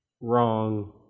wrong